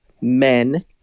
men